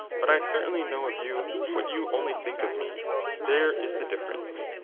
but i certainly know of you what you only think of me there is the difference.